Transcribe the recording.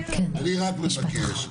רק מבקש,